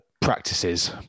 practices